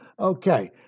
Okay